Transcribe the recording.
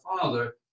Father